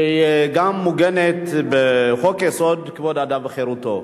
שגם מוגנת בחוק-יסוד: כבוד האדם וחירותו.